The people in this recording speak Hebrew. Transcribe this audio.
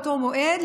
באותו מועד,